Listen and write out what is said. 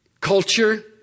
Culture